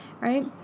right